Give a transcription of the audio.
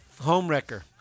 homewrecker